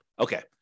Okay